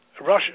Russia